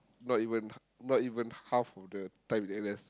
not even not even half of the time in N_S